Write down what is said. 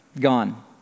gone